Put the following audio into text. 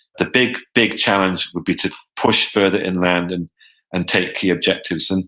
the big, big challenge would be to push further inland and and take key objectives. and